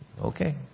Okay